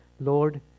lord